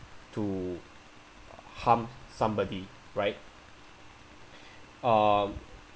to harm somebody right um